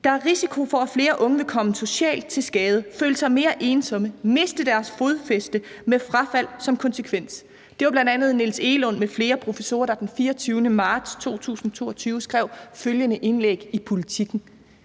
Der er risiko for, »at flere unge vil komme socialt til skade, føle sig mere ensomme, miste deres fodfæste med frafald som konsekvens«. Det var bl.a. professor Niels Egelund m.fl., der den 24. marts 2022 skrev det indlæg i Politiken.